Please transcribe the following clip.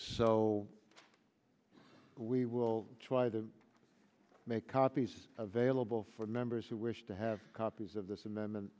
so we will try the make copies available for members who wish to have copies of this amendment